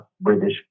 British